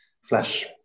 flash